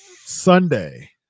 sunday